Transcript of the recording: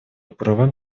правам